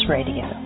Radio